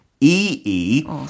E-E